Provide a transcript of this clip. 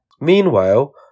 Meanwhile